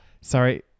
sorry